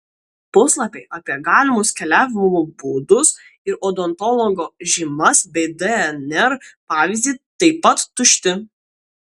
puslapiai apie galimus keliavimo būdus ir odontologo žymas bei dnr pavyzdį taip pat tušti